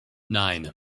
nine